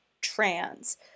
trans